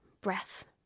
breath